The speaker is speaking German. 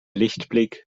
lichtblick